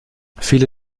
viele